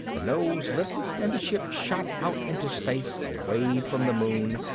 the nose lifted and the ship shot out into space, away from the moon,